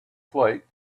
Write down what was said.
flight